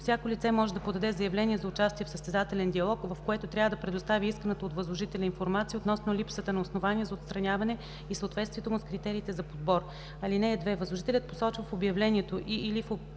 Всяко лице може да подаде заявление за участие в състезателен диалог, в което трябва да представи исканата от възложителя информация относно липсата на основания за отстраняване и съответствието му с критериите за подбор. (2) Възложителят посочва в обявлението и/или в описателен